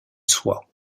soi